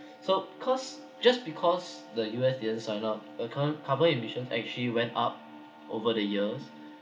so cause just because the U_S didn't sign up uh carbon carbon emissions actually went up over the years